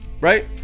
Right